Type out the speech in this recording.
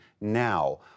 now